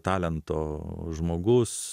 talento žmogus